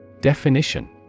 Definition